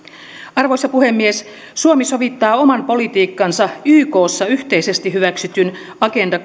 arvoisa puhemies suomi sovittaa oman politiikkansa ykssa yhteisesti hyväksytyn agenda